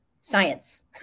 science